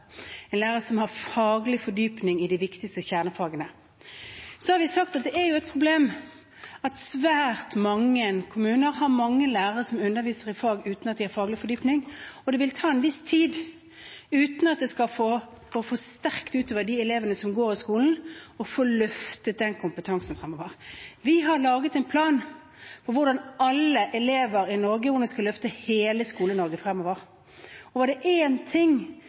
en lærer som har faglig fordypning i de viktigste kjernefagene. Så har vi sagt at det er et problem at svært mange kommuner har mange lærere som underviser i fag uten at de har faglig fordypning, og det vil ta en viss tid – uten at det skal gå for sterkt ut over de elevene som går i skolen – å få løftet den kompetansen fremover. Vi har laget en plan for å løfte alle elever i Norge, for hvordan vi skal løfte hele Skole-Norge fremover. Og var det én ting